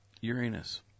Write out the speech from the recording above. Uranus